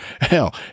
hell